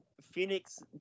Phoenix